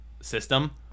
system